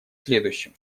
следующем